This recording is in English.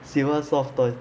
喜欢 soft toy